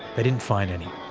they didn't find any.